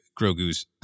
Grogu's